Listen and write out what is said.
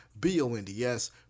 B-O-N-D-S